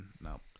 no